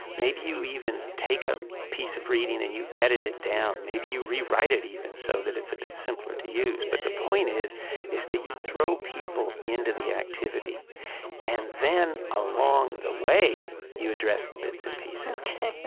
maybe you even take a piece of reading and you edit it down. maybe you rewrite it even, so that it's a bit simpler to use. but the point is is that you throw people into the activity and then, along the way, you address the bits and pieces ok,